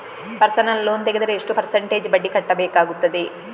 Personal loan ತೆಗೆದರೆ ಎಷ್ಟು percentage ಬಡ್ಡಿ ಕಟ್ಟಬೇಕಾಗುತ್ತದೆ?